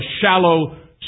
shallow